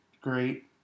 great